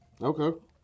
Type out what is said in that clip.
Okay